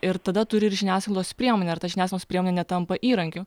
ir tada turi ir žiniasklaidos priemonių ar ta žiniasklaidos priemonė tampa įrankiu